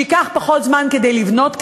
שייקח פחות זמן להגיע לבנות כאן.